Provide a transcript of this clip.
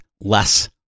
less